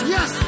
Yes